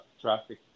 traffic